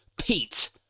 Pete